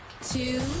Two